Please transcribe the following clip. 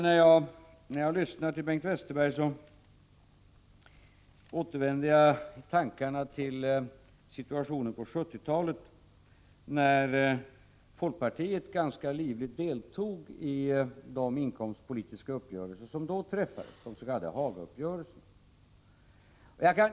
När jag lyssnar till Bengt Westerberg återvänder jag i tankarna till situationen på 1970-talet när folkpartiet ganska livligt deltog i de inrikespolitiska uppgörelser som då träffades, de s.k. Hagauppgörelserna.